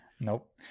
Nope